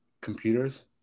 computers